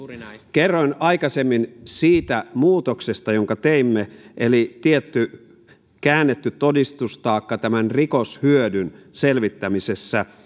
kerroin aikaisemmin siitä muutoksesta jonka teimme tuli tietty käännetty todistustaakka tämän rikoshyödyn selvittämisessä